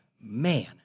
man